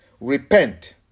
Repent